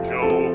Joe